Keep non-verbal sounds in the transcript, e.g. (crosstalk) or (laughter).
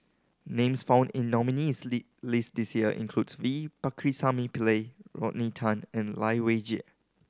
names found in nominees' (unintelligible) list this year includes V Pakirisamy Pillai Rodney Tan and Lai Weijie